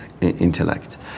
intellect